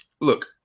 look